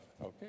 okay